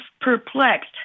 perplexed